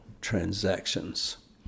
transactions